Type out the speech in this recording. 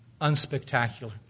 unspectacular